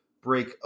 break